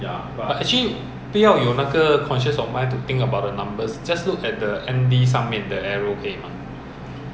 那个要做 false ceiling lor then 要做一些 recabling 还有